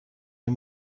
این